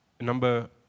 number